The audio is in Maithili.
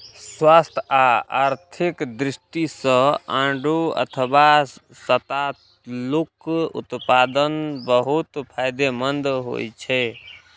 स्वास्थ्य आ आर्थिक दृष्टि सं आड़ू अथवा सतालूक उत्पादन बहुत फायदेमंद होइ छै